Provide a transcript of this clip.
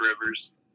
Rivers